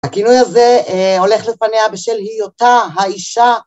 הכינוי הזה הולך לפניה בשל היא אותה האישה